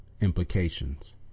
implications